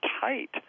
tight